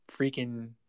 freaking